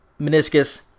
meniscus